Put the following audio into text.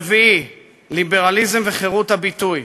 הרביעי, ליברליזם וחירות הביטוי.